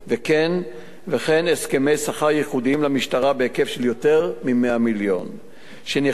וכן הסכמי שכר ייחודיים למשטרה בהיקף של יותר מ-100 מיליון שנחתמו